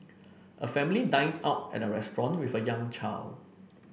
a family dines out at a restaurant with a young child